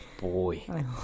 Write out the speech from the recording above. boy